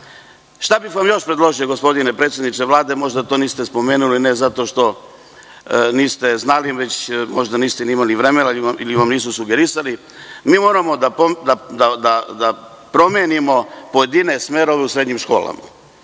bih vam još predložio gospodine predsedniče Vlade? Možda to niste spomenuli, ne zato što niste znali, već možda niste imali vremena ili vam nisu sugerisali. Moramo da promenimo pojedine smerove u srednjim školama.